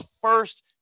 first